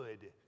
Good